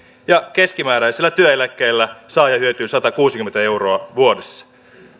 keskimääräisen työeläkkeen saaja hyötyy satakuusikymmentä euroa vuodessa